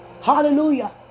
Hallelujah